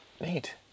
Neat